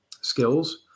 skills